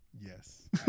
Yes